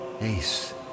Ace